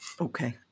Okay